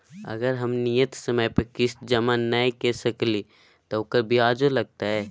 अगर हम नियत समय पर किस्त जमा नय के सकलिए त ओकर ब्याजो लगतै?